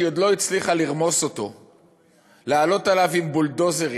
שהיא עוד לא הצליחה לרמוס אותו ולעלות עליו עם בולדוזרים,